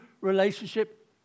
relationship